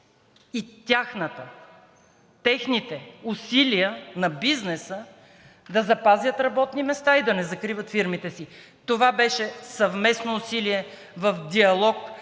бизнес и техните усилия на бизнеса да запазят работни места и да не закриват фирмите си. Това беше съвместно усилие в диалог,